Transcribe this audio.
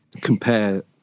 compare